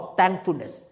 thankfulness